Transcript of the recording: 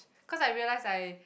cause I realise I